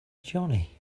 johnny